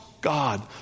God